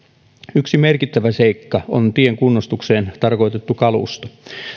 yksi merkittävä seikka on tien kunnostukseen tarkoitettu kalusto